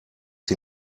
sie